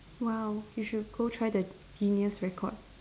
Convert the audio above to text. !wow! you should go try the Guinness record